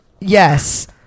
Yes